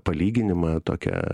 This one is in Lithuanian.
palyginimą tokią